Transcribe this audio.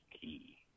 key